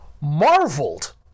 marveled